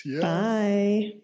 Bye